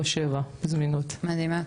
24/7. מדהימה,